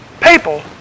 People